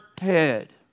head